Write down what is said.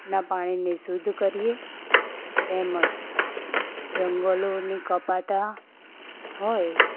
ના પાણીની શુદ્ધ કરીએ તેમજ જંગલોને કપાતા હોય